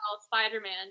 Spider-Man